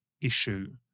issue